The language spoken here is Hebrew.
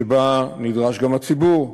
שבה נדרש גם הציבור,